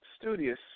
studious